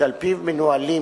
על-פיו מנוהלים